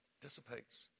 dissipates